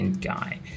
guy